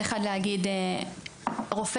אבל מנהל המחלקה גם לא חותם הרשאה אישית --- בוודאי שכן,